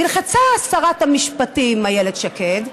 נלחצה שרת המשפטים איילת שקד,